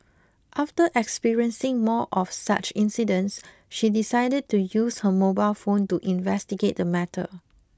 after experiencing more of such incidents she decided to use her mobile phone to investigate the matter